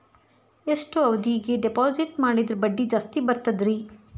ಎಷ್ಟು ಅವಧಿಗೆ ಡಿಪಾಜಿಟ್ ಮಾಡಿದ್ರ ಬಡ್ಡಿ ಜಾಸ್ತಿ ಬರ್ತದ್ರಿ?